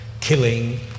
killing